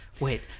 wait